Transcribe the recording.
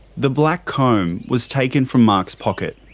the black comb was taken from mark's pocket.